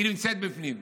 היא נמצאת בפנים.